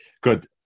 Good